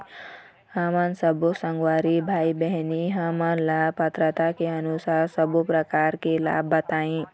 हमन सब्बो संगवारी भाई बहिनी हमन ला पात्रता के अनुसार सब्बो प्रकार के लाभ बताए?